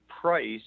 price